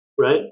right